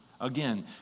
Again